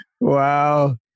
Wow